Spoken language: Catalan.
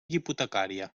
hipotecària